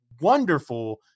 wonderful